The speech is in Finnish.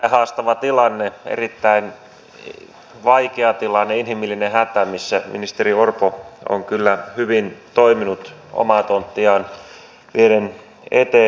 erittäin haastava tilanne erittäin vaikea tilanne inhimillinen hätä missä ministeri orpo on kyllä hyvin toiminut omaa tonttiaan vieden eteenpäin